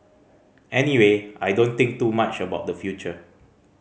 anyway I don't think too much about the future